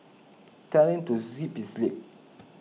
tell him to zip his lip